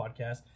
podcast